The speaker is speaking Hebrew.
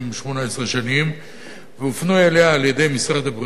שנים והופנו אליה על-ידי משרד הבריאות,